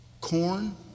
corn